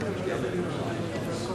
קבוצת סיעת חד"ש וחבר הכנסת